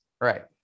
right